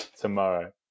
tomorrow